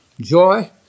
Joy